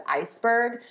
iceberg